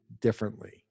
differently